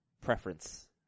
preference